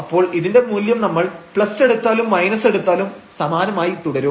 അപ്പോൾ ഇതിന്റെ മൂല്യം നമ്മൾ എടുത്താലും എടുത്താലും സമാനമായി തുടരും